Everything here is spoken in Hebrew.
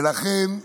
ולכן,